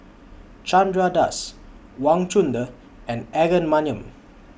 Chandra Das Wang Chunde and Aaron Maniam